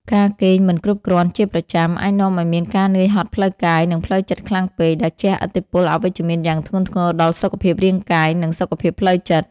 ការគេងមិនគ្រប់គ្រាន់ជាប្រចាំ អាចនាំឱ្យមានការនឿយហត់ផ្លូវកាយ និងផ្លូវចិត្តខ្លាំងពេក ដែលជះឥទ្ធិពលអវិជ្ជមានយ៉ាងធ្ងន់ធ្ងរដល់សុខភាពរាងកាយ និងសុខភាពផ្លូវចិត្ត។